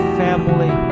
family